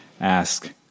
ask